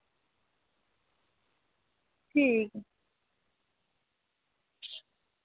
ठीक ऐ